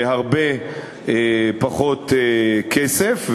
בהרבה פחות כסף.